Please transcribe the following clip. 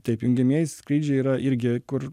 taip jungiamieji skrydžiai yra irgi kur